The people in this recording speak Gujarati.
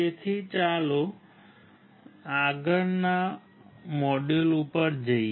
તેથી ચાલો આગળના મોડ્યુલ ઉપર જઈએ